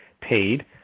paid